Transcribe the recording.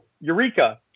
Eureka